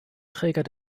träger